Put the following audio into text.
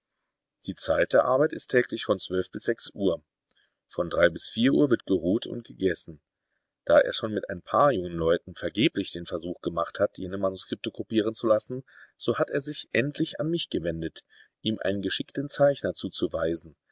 die zeit der arbeit ist täglich von zwölf bis sechs uhr von drei bis vier uhr wird geruht und gegessen da er schon mit ein paar jungen leuten vergeblich den versuch gemacht hat jene manuskripte kopieren zu lassen so hat er sich endlich an mich gewendet ihm einen geschickten zeichner zuzuweisen